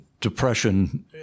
depression